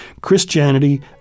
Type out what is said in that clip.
Christianity